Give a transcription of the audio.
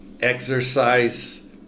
exercise